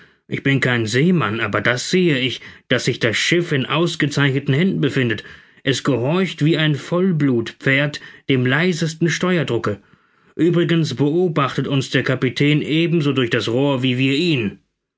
ich bin kein seemann aber das sehe ich daß sich das schiff in ausgezeichneten händen befindet es gehorcht wie ein vollblutpferd dem leisesten steuerdrucke uebrigens beobachtet uns der kapitän ebenso durch das rohr wie wir ihn